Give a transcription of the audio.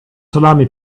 salami